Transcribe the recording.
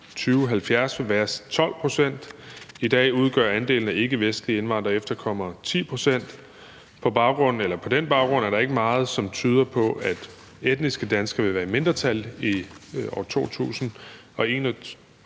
2070 vil være 12 pct. I dag udgør andelen af ikkevestlige indvandrere og efterkommere 10 pct. På den baggrund er der ikke meget, som tyder på, at etniske danskere vil være i mindretal i år 2100.